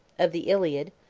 of the iliad,